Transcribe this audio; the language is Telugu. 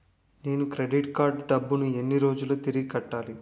నేను క్రెడిట్ కార్డ్ డబ్బును ఎన్ని రోజుల్లో తిరిగి కట్టాలి?